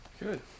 Good